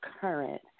current